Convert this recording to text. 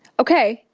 ok.